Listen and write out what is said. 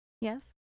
yes